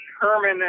Herman